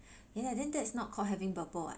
yeah lah then that's not called having Burple [what]